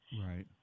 Right